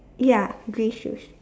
ya grey shoes